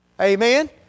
Amen